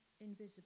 invisible